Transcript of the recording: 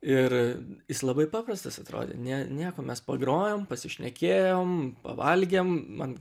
ir jis labai paprastas atrodė nie nieko mes pagrojom pasišnekėjom pavalgėm man